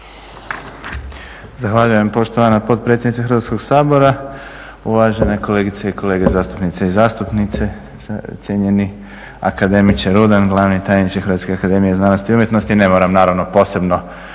Zahvaljujem poštovana potpredsjednice Hrvatskoga sabora, uvažene kolegice i kolege zastupnice i zastupnici, cijenjeni akademiče Rudan, glavni tajniče Hrvatske akademije znanosti i umjetnosti. Ne moram naravno posebno